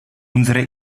unsere